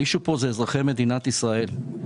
האישיו כאן הם אזרחי מדינת ישראל.